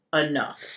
enough